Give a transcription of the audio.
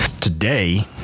Today—